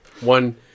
One